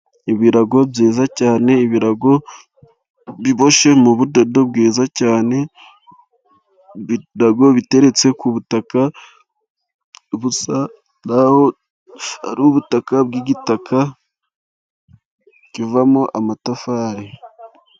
Ibirago byiza cyane, ibirago biboshye mu budodo bwiza cyane. Ibirago biteretse ku butaka busa n'aho ari ubutaka bw'igitaka, kivamo amatafari.